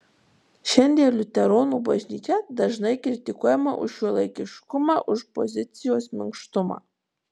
šiandien liuteronų bažnyčia dažnai kritikuojama už šiuolaikiškumą už pozicijos minkštumą